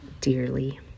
dearly